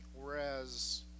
whereas